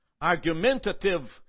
argumentative